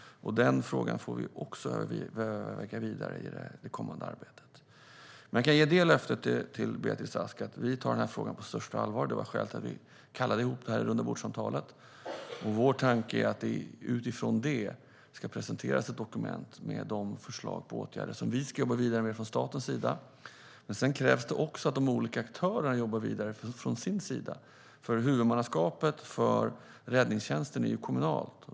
Den frågan får vi också överväga vidare i det kommande arbetet. Jag kan ge det löftet till Beatrice Ask att vi tar detta på största allvar. Det var skälet till att vi kallade till rundabordssamtalet. Vår tanke är att det utifrån det ska presenteras ett dokument med de förslag på åtgärder som vi ska jobba vidare med från statens sida. Sedan krävs det också att de olika aktörerna jobbar vidare från sin sida. Huvudmannaskapet för räddningstjänsten är ju kommunalt.